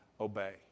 obey